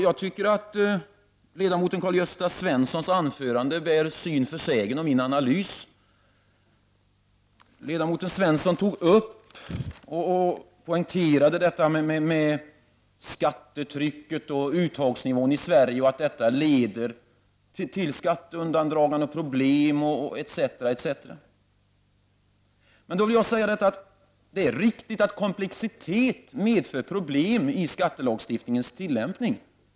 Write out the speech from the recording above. Jag tycker att ledamoten Karl-Gösta Svensons anförande bär syn för sägen av min analys. Ledamoten Svenson tog upp och poängterade att skattetrycket och uttagsnivån i Sverige leder till skatteundandragande, problem etc. Det är riktigt att komplexitet medför problem i skattelagstiftningens tilllämpning.